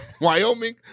Wyoming